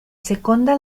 seconda